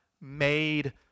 made